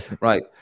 Right